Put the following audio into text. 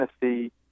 Tennessee